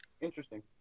Interesting